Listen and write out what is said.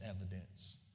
evidence